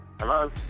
Hello